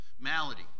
malady